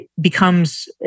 becomes